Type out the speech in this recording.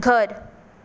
घर